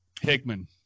Hickman